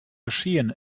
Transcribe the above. geschehen